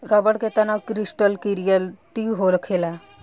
रबड़ के तनाव क्रिस्टलीकृत होखेला